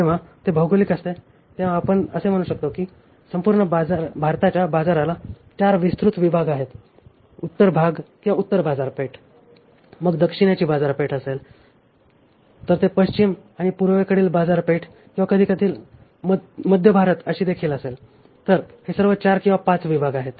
जेव्हा ते भौगोलिक असते तेव्हा आपण असे म्हणू शकता की संपूर्ण भारताच्या बाजाराला चार विस्तृत विभाग आहेत उत्तर भाग किंवा उत्तर बाजारपेठ मग दक्षिणेची बाजारपेठ असेल तर ते पश्चिम आणि पूर्वेकडील बाजारपेठ किंवा कधीकधी मध्य भारत अशी देखील असेल तर हे सर्व चार किंवा पाच विभाग आहेत